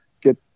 get